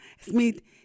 Smith